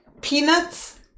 Peanuts